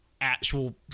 actual